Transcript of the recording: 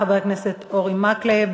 חבר הכנסת אורי מקלב,